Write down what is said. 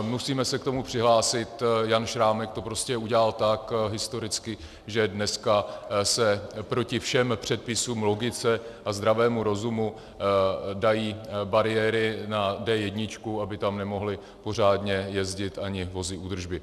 Musíme se k tomu přihlásit, Jan Šrámek to prostě udělal tak historicky, že dneska se proti všem předpisům, logice a zdravému rozumu dají bariéry na D1, aby tam nemohly pořádně jezdit ani vozy údržby.